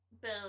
Boom